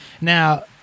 Now